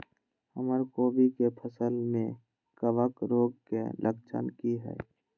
हमर कोबी के फसल में कवक रोग के लक्षण की हय?